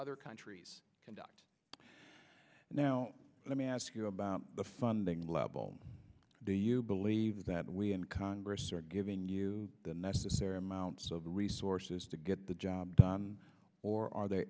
other countries conduct now let me ask you about the funding level do you believe that we in congress are giving you the necessary amount of resources to get the job done or are the